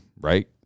right